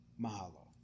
mahalo